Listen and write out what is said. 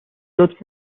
لطف